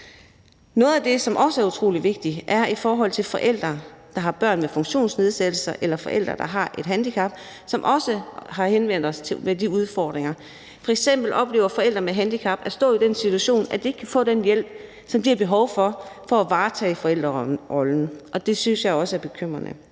Noget af det, som også er utrolig vigtigt, er i forhold til forældre, der har børn med funktionsnedsættelse, eller forældre, der har et handicap, som også har henvendt sig med de udfordringer. F.eks. oplever forældre med handicap at stå i den situation, at de ikke kan få den hjælp, som de har behov for, for at varetage forældrerollen, og det synes jeg også er bekymrende.